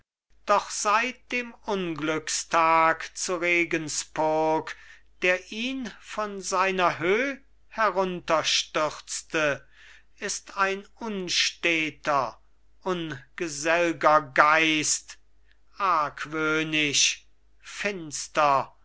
doch seit dem unglückstag zu regenspurg der ihn von seiner höh herunter stürzte ist ein unsteter ungesellger geist argwöhnisch finster